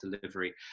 delivery